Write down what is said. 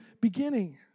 beginning